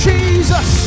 Jesus